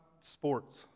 sports